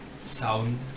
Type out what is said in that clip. Sound